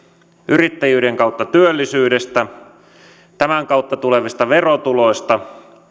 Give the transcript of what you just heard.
yrittäjyyden kautta työllisyydestä tämän kautta tulevista verotuloista